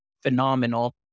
phenomenal